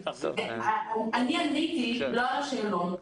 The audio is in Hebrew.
אני עניתי לא על השאלון.